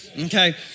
Okay